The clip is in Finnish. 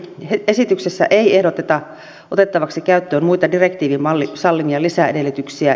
esityksessä ei ehdoteta otettavaksi käyttöön muita direktiivin sallimia lisäedellytyksiä